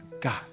God